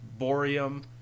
borium